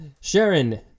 Sharon